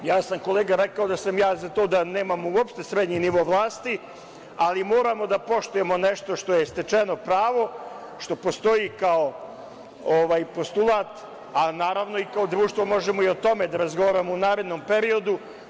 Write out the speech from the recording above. Kolega, ja sam rekao da sam ja za to da nemamo uopšte srednji nivo vlasti, ali moramo da poštujemo nešto što je stečeno pravo, što postoji kao postulat, a naravno kao društvo možemo i o tome da razgovaramo u narednom periodu.